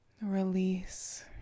Release